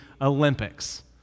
Olympics